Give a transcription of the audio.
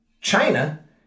China